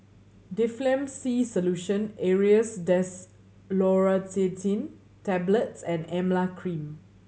Difflam C Solution Aerius DesloratadineTablets and Emla Cream